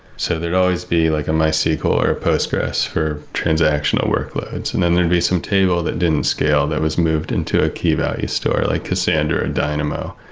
so there'd always be like a mysql or a postgres for transactional workloads. and then there'd be some table that didn't scale that was moved into a key value store, like cassandra, or dynamo.